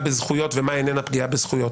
בזכויות ומהי איננה פגיעה בזכויות.